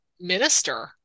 minister